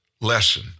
Lesson